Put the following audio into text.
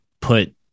put